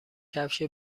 کفش